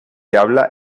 habla